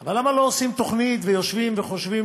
אבל למה לא עושים תוכנית ויושבים וחושבים